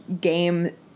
game